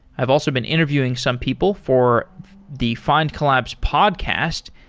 i've also been interviewing some people for the findcollabs podcast.